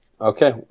Okay